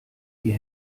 die